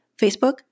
Facebook